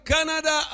Canada